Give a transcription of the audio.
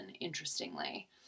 interestingly